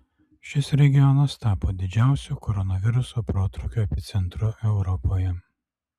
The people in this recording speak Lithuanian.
šis regionas tapo didžiausiu koronaviruso protrūkio epicentru europoje